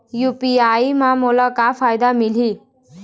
UPI म मोला का फायदा मिलही?